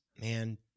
man